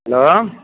hello